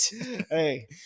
Hey